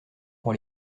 pour